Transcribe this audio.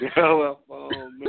Telephone